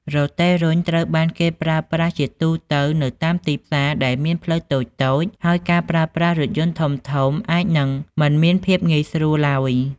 រទេះរុញត្រូវបានគេប្រើប្រាស់ជាទូទៅនៅតាមទីផ្សារដែលមានផ្លូវតូចៗ ហើយការប្រើប្រាស់រថយន្តធំៗអាចនឹងមិនមានភាពងាយស្រួលឡើយ។